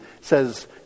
says